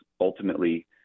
ultimately